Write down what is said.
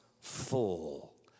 full